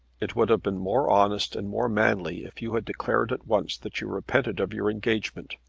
it would have been more honest and more manly if you had declared at once that you repented of your engagement.